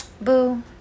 Boo